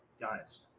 guys